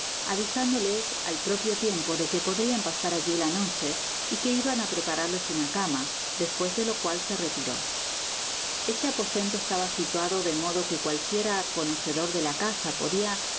avisándoles al propio tiempo de que podrian pasar alli la noclie y que iban á prepararles una cama despues de lo cual se retiró este aposento estaba situado de modo que cualquiera conocedor de la casa podia